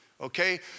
okay